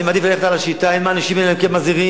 אני מעדיף ללכת על השיטה: אין מענישין אלא אם כן מזהירין.